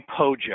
pojo